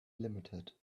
limited